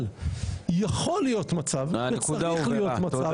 אבל יכול להיות מצב וצריך להיות מצב --- הנקודה הובהרה,